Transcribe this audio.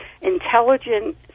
intelligent